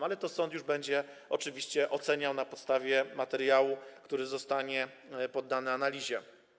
Jednak to sąd już będzie oczywiście oceniał na podstawie materiału, który zostanie poddany analizie.